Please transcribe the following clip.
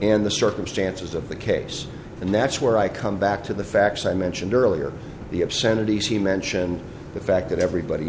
and the circumstances of the case and that's where i come back to the facts i mentioned earlier the obscenities he mention the fact that everybody